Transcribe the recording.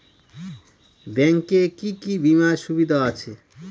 Bank এ কি কী বীমার সুবিধা আছে?